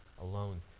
alone